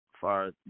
far